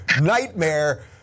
nightmare